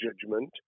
judgment